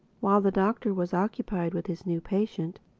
while the doctor was occupied with his new patient,